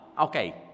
Okay